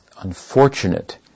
unfortunate